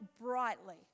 brightly